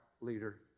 leader